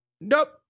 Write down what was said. Nope